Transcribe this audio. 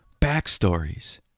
backstories